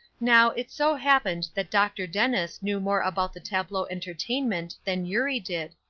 now, it so happened that dr. dennis knew more about the tableau entertainment than eurie did,